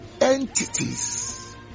entities